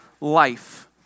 life